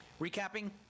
Recapping